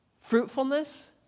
fruitfulness